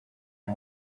nta